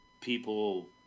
people